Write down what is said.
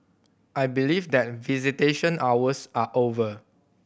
I believe that visitation hours are over